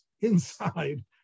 inside